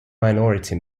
minority